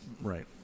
right